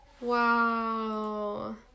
Wow